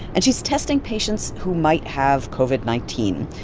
and she's testing patients who might have covid nineteen,